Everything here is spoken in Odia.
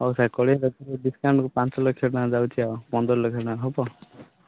ହଉ ସାର୍ କୋଡ଼ିଏ ଲକ୍ଷକୁ ଡିସକାଉଣ୍ଟ୍କୁ ପାଞ୍ଚ ଲକ୍ଷକୁ ଯାଉଛି ଆଉ ପନ୍ଦର ଲକ୍ଷ ଟଙ୍କା ହେବ